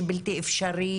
שהוא בלתי אפשרי,